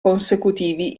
consecutivi